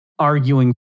arguing